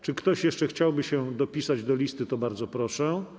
Jeśli ktoś jeszcze chciałby się dopisać do listy, to bardzo proszę.